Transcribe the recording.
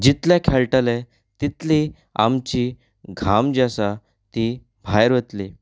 जितले खेळटले तितली आमची घाम जी आसा ती भायर वतली